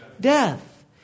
death